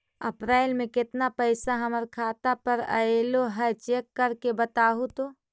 अप्रैल में केतना पैसा हमर खाता पर अएलो है चेक कर के बताहू तो?